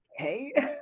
Okay